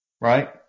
right